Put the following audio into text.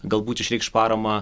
galbūt išreikš paramą